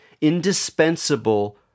indispensable